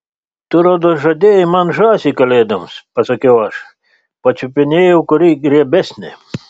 tu rodos žadėjai man žąsį kalėdoms pasakiau aš pačiupinėjau kuri riebesnė